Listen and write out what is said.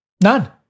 None